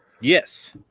Yes